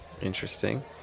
Interesting